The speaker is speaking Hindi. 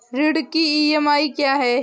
ऋण की ई.एम.आई क्या है?